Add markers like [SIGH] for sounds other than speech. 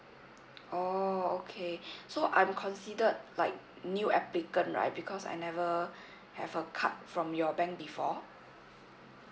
oh okay [BREATH] so I'm considered like new applicant right because I never [BREATH] have a card from your bank before